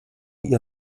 ihr